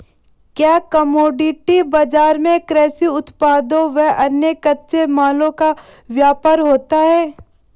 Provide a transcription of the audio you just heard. क्या कमोडिटी बाजार में कृषि उत्पादों व अन्य कच्चे मालों का व्यापार होता है?